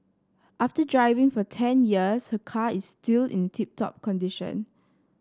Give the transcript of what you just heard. after driving for ten years her car is still in tip top condition